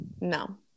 no